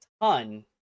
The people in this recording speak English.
ton